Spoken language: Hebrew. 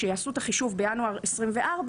כשיעשו את החישוב בינואר 24,